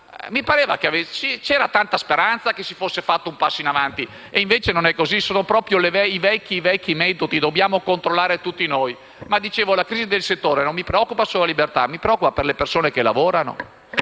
di un tempo? C'era tanta speranza che si fosse fatto un passo in avanti e invece non è così, sono proprio i vecchi metodi: dobbiamo controllare tutto noi. Comunque, dicevo che la crisi del settore non mi preoccupa solo per la libertà, mi preoccupa per le persone che lavorano.